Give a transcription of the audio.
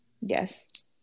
yes